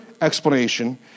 explanation